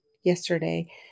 yesterday